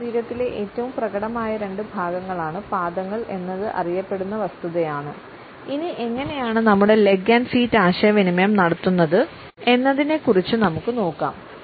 നമ്മുടെ ശരീരത്തിലെ ഏറ്റവും പ്രകടമായ രണ്ട് ഭാഗങ്ങളാണ് പാദങ്ങൾ എന്നത് അറിയപ്പെടുന്ന വസ്തുതയാണ് ഇനി എങ്ങനെയാണ് നമ്മുടെ ലെഗ് ആൻഡ് ഫീറ്റ് ആശയവിനിമയം നടത്തുന്നത് എന്നതിനെക്കുറിച്ച് നമുക്ക് നോക്കാം